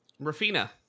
Rafina